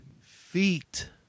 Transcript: feet